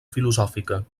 filosòfica